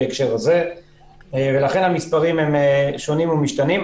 ולכן המספרים שונים ומשתנים.